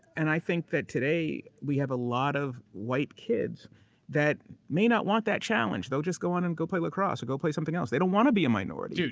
and i think that today, we have a lot of white kids that may not want that challenge. they'll just go on and go play lacrosse or go play something else. they don't want to be a minority. dude,